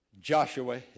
Joshua